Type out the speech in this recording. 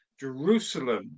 jerusalem